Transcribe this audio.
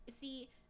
See